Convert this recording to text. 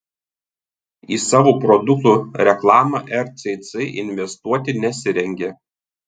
į savo produktų reklamą rcc investuoti nesirengia